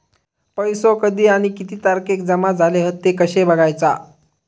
पैसो कधी आणि किती तारखेक जमा झाले हत ते कशे बगायचा?